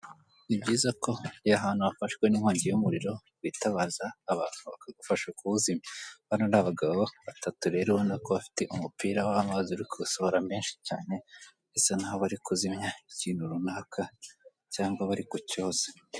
Ni byiza ko iyo ahantu hafashwe n'inkongi y'umuriro, bitabaza abantu bakagufasha kuwuzimya. Bano ni abagabo batatu rero ubona ko bafite umupira w'amazi urikuwusohora menshi cyane, bisa naho bari kuzimya ikintu runaka, cyangwa bari ku cyoza.